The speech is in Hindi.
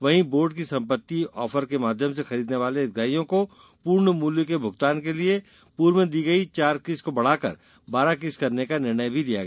वहीं बोर्ड की संपत्ति आफर के माध्यम से खरीदने वाले हितग्राहियों को पूर्ण मूल्य के भुगतान के लिये पूर्व में दी गयी चार किस्त को बढाकर बारह किस्त करने का निर्णय भी लिया गया